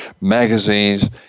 magazines